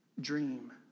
dream